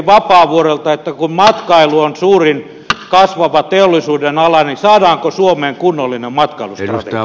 kun matkailu on suurin kasvava teollisuuden ala niin saadaanko suomeen kunnollinen matkailustrategia